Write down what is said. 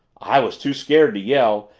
i was too scared to yell!